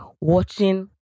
watching